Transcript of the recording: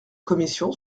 commission